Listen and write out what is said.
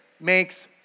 makes